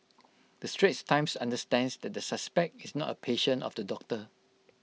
the straits times understands that the suspect is not A patient of the doctor